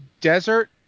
desert